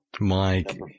Mike